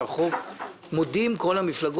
אחמד, בוא לא נעשה תחרות על נושאים.